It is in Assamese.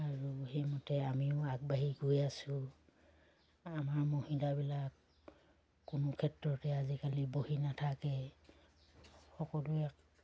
আৰু সেইমতে আমিও আগবাঢ়ি গৈ আছোঁ আমাৰ মহিলাবিলাক কোনো ক্ষেত্ৰতে আজিকালি বহি নাথাকে সকলোৱে এক